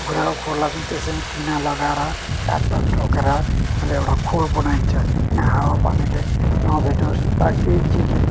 कुखुराको खोरलाई पनि त्यसरी नै टिन लगाएर काठपात ठोकेर अनि एउटा खोर बनाइन्छ त्यहाँ हावापानीले नभेटोस् वा केही चिजले